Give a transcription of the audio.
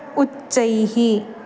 उच्चैः